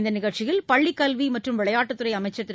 இந்த நிகழ்ச்சியில் பள்ளிக் கல்வி மற்றும் விளையாட்டுத் துறை அமைச்சர திரு